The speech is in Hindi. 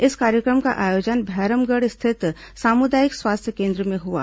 इस कार्यक्रम का आयोजन भैरमगढ़ स्थित सामुदायिक स्वास्थ्य केन्द्र में हुआ